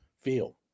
feel